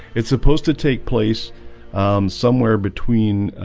it's supposed to take place somewhere between